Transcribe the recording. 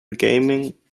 gaming